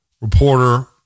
reporter